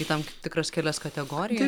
į tam tikras kelias kategorijas